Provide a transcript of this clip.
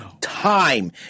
time